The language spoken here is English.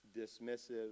dismissive